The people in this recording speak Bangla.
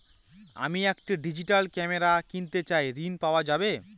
আমি একটি ডিজিটাল ক্যামেরা কিনতে চাই ঝণ পাওয়া যাবে?